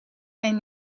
mijn